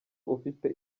ufite